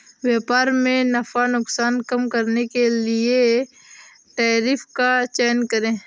व्यापार में नफा नुकसान कम करने के लिए कर टैरिफ का चयन करे